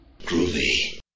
Groovy